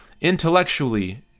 Intellectually